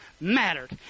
mattered